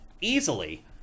easily